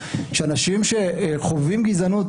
שאנשים שחווים גזענות,